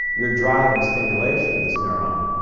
you're driving stimulation of this neuron.